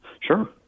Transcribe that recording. Sure